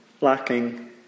Lacking